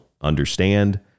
understand